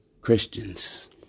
Christians